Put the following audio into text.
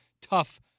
tough